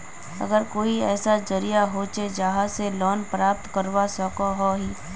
आर कोई ऐसा जरिया होचे जहा से लोन प्राप्त करवा सकोहो ही?